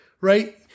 Right